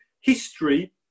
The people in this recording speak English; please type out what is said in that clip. history